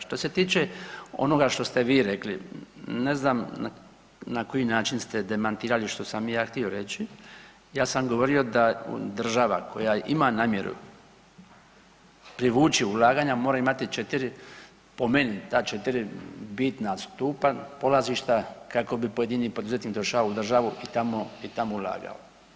Što se tiče onoga što ste vi rekli, ne znam na koji način ste demantirali što sam ja htio reći, ja sam govorio da država koja ima namjeru privući ulaganja, mora imati 4, po meni, ta 4 bitna stupa, polazišta, kako bi pojedini poduzetnik došao u državu i tamo ulagao.